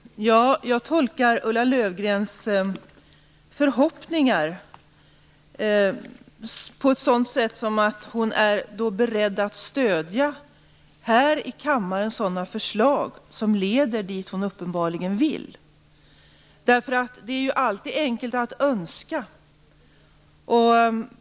Fru talman! Jag tolkar Ulla Löfgrens förhoppningar på ett sådant sätt att hon är beredd att här i kammaren stöda sådana förslag som leder dit hon uppenbarligen vill. Det är alltid enkelt att önska.